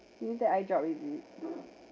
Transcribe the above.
did you get eyedrop already